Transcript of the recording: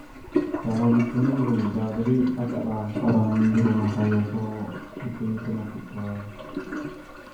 Caro bikin nyo jugo mudah, jadi pacak lah orang di rumah sayo ko bikin-bikin nasi ko.